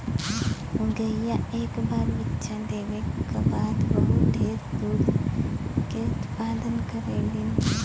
गईया एक बार बच्चा देवे क बाद बहुत ढेर दूध के उत्पदान करेलीन